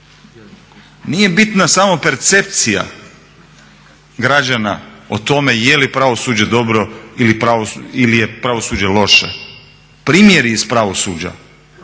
Nije bitna samo percepcija građana o tome je li pravosuđe dobro ili je pravosuđe loše. Primjeri iz pravosuđa